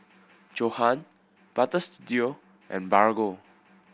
Johan Butter Studio and Bargo